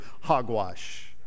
hogwash